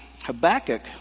Habakkuk